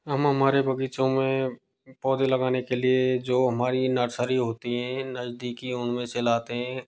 हम हमारे बगीचों में पौधें लगाने के लिए जो हमारी नरसरी होती हैं नज़दीकी उनमें से लाते हैं